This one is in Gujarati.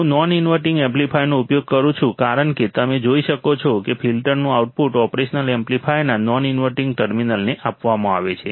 હું નોન ઇન્વર્ટિંગ એમ્પ્લીફાયરનો ઉપયોગ કરું છું કારણ કે તમે જોઈ શકો છો કે ફિલ્ટરનું આઉટપુટ ઓપરેશનલ એમ્પ્લીફાયરના નોન ઇન્વર્ટિંગ ટર્મિનલને આપવામાં આવે છે